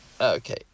Okay